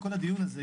בכל הדיון הזה,